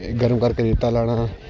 ਗਰਮ ਕਰਕੇ ਰੇਤਾ ਲਾਉਣਾ